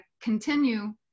continue